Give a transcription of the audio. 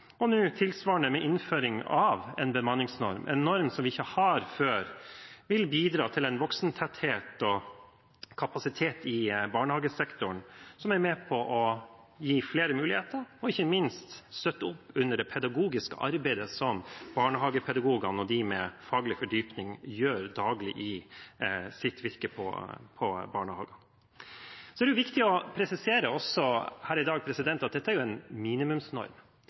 tilsvarende med innføring av bemanningsnorm nå, en norm vi ikke har fra før, som vil bidra til en voksentetthet og kapasitet i barnehagesektoren som er med på å gi flere muligheter og ikke minst støtte opp under det pedagogiske arbeidet som barnehagepedagogene og de med faglig fordypning gjør daglig i sitt virke i barnehagene. Det er viktig å presisere også her i dag at dette er en minimumsnorm.